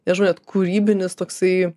nežinau net kūrybinis toksai